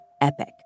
epic